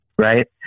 right